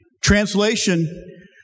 Translation